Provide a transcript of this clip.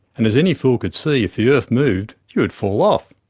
and as any fool could see, if the earth moved, you would fall off.